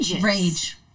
Rage